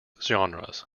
genres